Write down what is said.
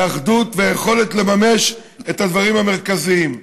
אחדות וליכולת לממש את הדברים המרכזיים,